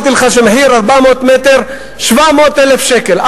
אמרתי לך שמחיר 400 מ"ר 700,000 שקל.